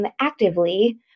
actively